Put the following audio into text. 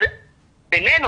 בינינו,